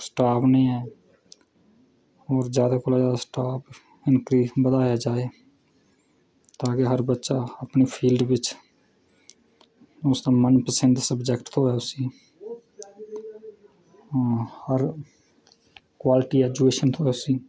तां बी निं ऐं होर जादै कोला स्टॉफ इनक्रीज़ बधाया जाये तां गै हर बच्चा फील्ड बिच अपना मनपसंद सब्जेक्ट थ्होऐ उसी आं हर क्वालिटी एजूकेशन थ्होऐ उसी